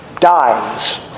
dies